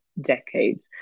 decades